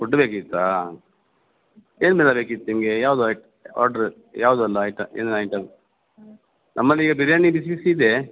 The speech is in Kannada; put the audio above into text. ಫುಡ್ ಬೇಕಿತ್ತಾ ಏನೆಲ್ಲ ಬೇಕಿತ್ತು ನಿಮಗೆ ಯಾವುದು ಐಟ್ ಆರ್ಡ್ರು ಯಾವುದೆಲ್ಲ ಐಟ ಏನೇನು ಐಟಮ್ ನಮ್ಮಲ್ಲಿ ಈಗ ಬಿರ್ಯಾನಿ ಬಿಸಿ ಬಿಸಿ ಇದೆ